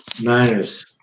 Niners